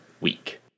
week